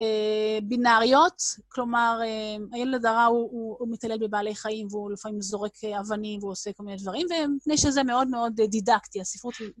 בינאריות, כלומר, הילד הרע, הוא מתעלל בבעלי חיים, והוא לפעמים זורק אבנים והוא עושה כל מיני דברים, ומפני שזה מאוד מאוד דידקטי, הספרות היא...